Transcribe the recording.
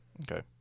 Okay